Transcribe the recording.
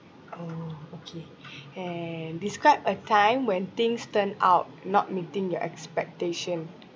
orh okay and describe a time when things turn out not meeting your expectation